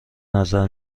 نظر